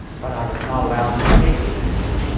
but i was not allowed to taste anything.